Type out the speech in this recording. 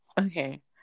okay